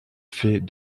fait